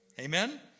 Amen